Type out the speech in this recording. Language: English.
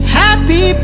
happy